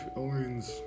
aliens